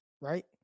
right